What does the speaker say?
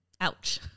Ouch